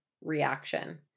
reaction